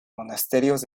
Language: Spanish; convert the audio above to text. monasterios